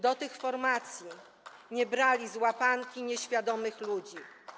Do tych formacji nie brali z łapanki nieświadomych ludzi.